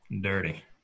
dirty